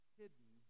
hidden